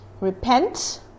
repent